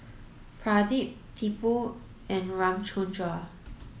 Pradip Tipu and Ramchundra